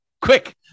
quick